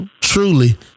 truly